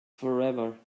forever